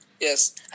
Yes